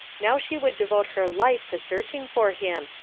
now she would devote her life to searching for him,